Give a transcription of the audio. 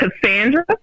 cassandra